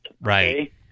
Right